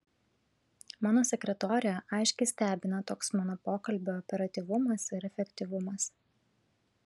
mano sekretorę aiškiai stebina toks mano pokalbio operatyvumas ir efektyvumas